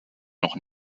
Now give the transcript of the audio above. noch